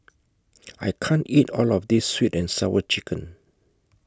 I can't eat All of This Sweet and Sour Chicken